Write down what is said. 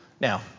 now